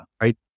right